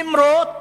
למרות